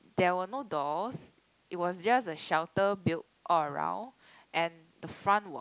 there were no doors it was just a shelter built all around and the front was